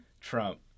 Trump